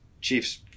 Chiefs